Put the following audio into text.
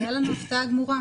זה היה לנו הפתעה גמורה,